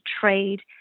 trade